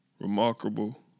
remarkable